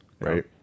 right